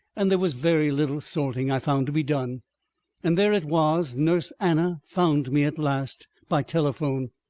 and there was very little sorting, i found, to be done and there it was nurse anna found me at last by telephone,